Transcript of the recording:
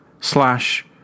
slash